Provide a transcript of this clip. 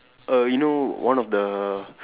err you know one of the